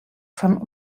fan